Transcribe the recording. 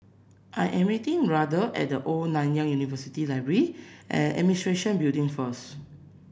I am meeting Randle at The Old Nanyang University Library and Administration Building first